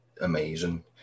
amazing